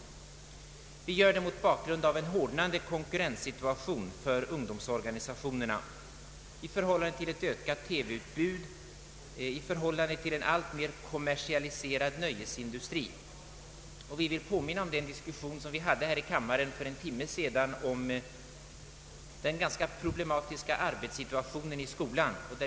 Vi gör det mot bakgrunden av en hårdnande konkurrenssituation för ungdomsorganisationerna i förhållande till ett ökat TV-utbud och i förhållande till en alltmer kommersialiserad nöjesindustri. Jag vill påminna om den diskussion som vi hade här i kammaren för en timme sedan om den ganska problematiska arbetssituationen i skolan.